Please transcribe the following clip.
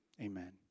Amen